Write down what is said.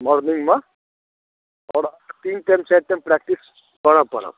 मॉर्निंगमे आओर अहाँके तीन टाइम चारि टाइम प्रैक्टिस करय पड़त